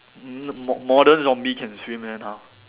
m~ mo~ modern zombie can swim eh now